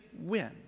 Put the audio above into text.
win